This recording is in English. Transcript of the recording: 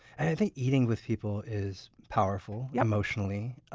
and i think eating with people is powerful emotionally,